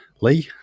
Lee